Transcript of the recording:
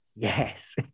Yes